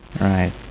Right